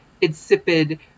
insipid